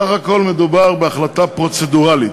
בסך הכול מדובר בהחלטה פרוצדורלית,